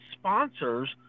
sponsors